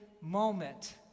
moment